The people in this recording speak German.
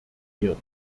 eher